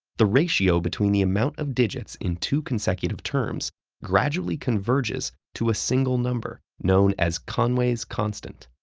the ratio between the amount of digits in two consecutive terms gradually converges to a single number known as conway's constant.